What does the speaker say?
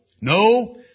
No